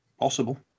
Possible